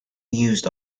used